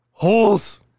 Holes